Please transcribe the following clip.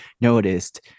noticed